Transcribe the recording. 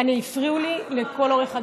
הפריעו לי לכל אורך הדרך.